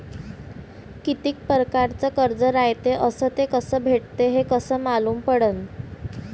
कितीक परकारचं कर्ज रायते अस ते कस भेटते, हे कस मालूम पडनं?